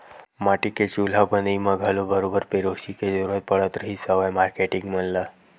माटी के चूल्हा बनई म घलो बरोबर पेरोसी के जरुरत पड़त रिहिस हवय मारकेटिंग मन ल